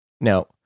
Now